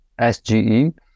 SGE